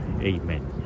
Amen